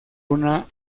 una